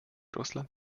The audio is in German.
russland